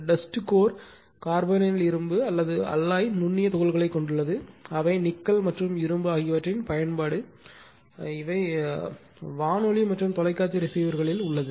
dust core carbonyl இரும்பு அல்லது alloy நுண்ணிய துகள்களைக் கொண்டுள்ளது அவை நிக்கல் மற்றும் இரும்பு ஆகியவற்றின் பயன்பாடு வானொலி மற்றும் தொலைக்காட்சி ரிஸீவர்களில் உள்ளது